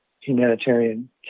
humanitarian